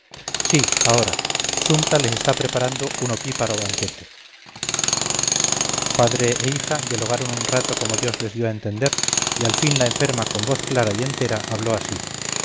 sí ahora sumta les está preparando un opíparo banquete padre e hija dialogaron un rato como dios les dio a entender y al fin la enferma con voz clara y entera habló así